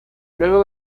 luego